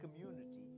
community